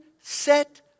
set